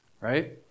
right